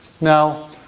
Now